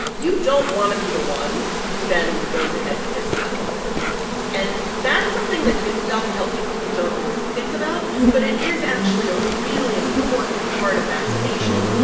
you don't want to be the one who then goes ahead and gives them the flu and that's something that young healthy people don't always think about. but it is actually a really important part of vaccination,